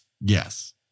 Yes